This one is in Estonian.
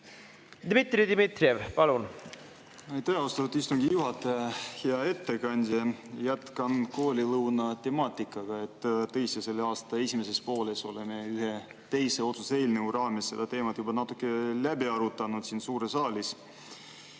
Dmitri Dmitrijev, palun! Aitäh, austatud istungi juhataja! Hea ettekandja! Jätkan koolilõuna temaatikaga. Tõesti, selle aasta esimeses pooles oleme ühe teise otsuse eelnõu raames seda teemat juba natuke läbi arutanud siin suures saalis.